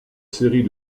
série